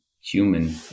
human